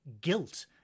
guilt